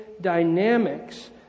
dynamics